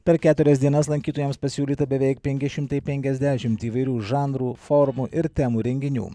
per keturias dienas lankytojams pasiūlyta beveik penki šimtai penkiasdešimt įvairių žanrų formų ir temų renginių